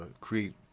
create